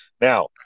Now